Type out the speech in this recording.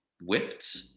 whipped